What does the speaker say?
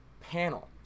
panel